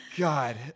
god